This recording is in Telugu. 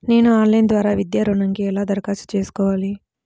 నేను ఆన్లైన్ ద్వారా విద్యా ఋణంకి ఎలా దరఖాస్తు చేసుకోవాలి?